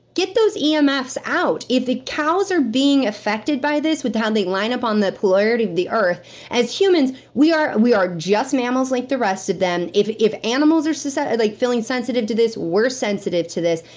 get those emfs out if the cows are being affected by this, with how they line up on the polarity of the earth as humans, we are we are just mammals like the rest of them. if if animals are so so like feeling sensitive to this, we're sensitive to this.